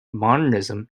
modernism